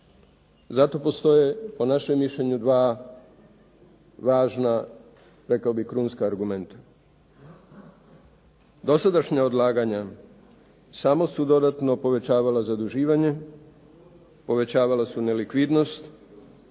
Zato postoje po našem mišljenju dva važna, rekao bih krunska argumenta. Dosadašnja odlaganja samo su dodatno povećavala zaduživanje, povećavala su nelikvidnost